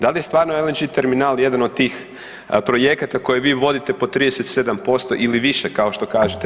Da li je stvarno LNG terminal jedan od tih projekta koje vi vodite pod 37% ili više kao što kažete.